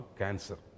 cancer